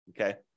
okay